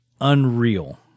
Unreal